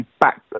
back